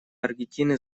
аргентины